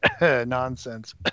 nonsense